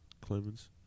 Clemens